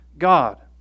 God